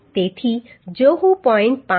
તેથી જો હું 0